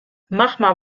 magma